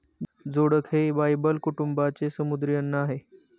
जोडक हे बायबल कुटुंबाचे समुद्री अन्न आहे